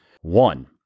one